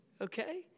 okay